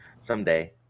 someday